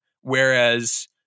Whereas